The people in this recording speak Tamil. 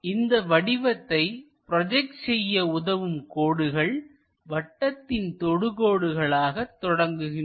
இந்த வடிவத்தை ப்ரோஜெக்ட் செய்ய உதவும் கோடுகள் வட்டத்தின் தொடு கோடுகளாக தொடங்குகின்றன